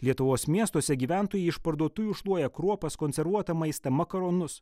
lietuvos miestuose gyventojai iš parduotuvių šluoja kruopas konservuotą maistą makaronus